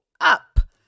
up